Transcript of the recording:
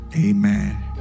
amen